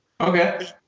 Okay